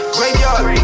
Graveyard